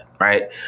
right